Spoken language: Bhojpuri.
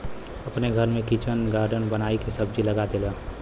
अपने घर में किचन गार्डन बनाई के सब्जी लगा देलन